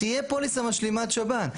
תהיה פוליסת משלימת שב"ן.